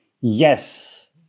Yes